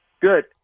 Good